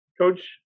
Coach